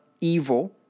evil